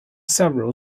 several